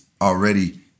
already